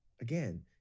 again